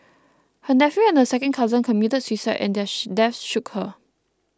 her nephew and a second cousin committed suicide and their deaths shook her